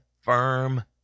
firm